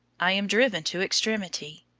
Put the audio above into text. i am driven to extremity.